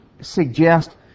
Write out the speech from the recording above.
suggest